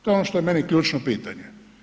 To je ono što je meni ključno pitanje.